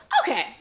Okay